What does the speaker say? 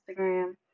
Instagram